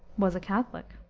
was a catholic.